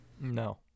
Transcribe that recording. No